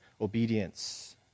obedience